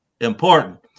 important